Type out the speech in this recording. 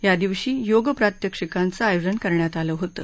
या दिवशी योग प्रात्यक्षिकांचं आयोजन करण्यात आलं होतं